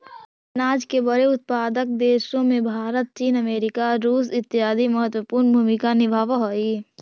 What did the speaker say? अनाज के बड़े उत्पादक देशों में भारत चीन अमेरिका रूस इत्यादि महत्वपूर्ण भूमिका निभावअ हई